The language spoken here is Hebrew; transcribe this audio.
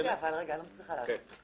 עיריית תל-אביב לא משתמשת בחברות גבייה.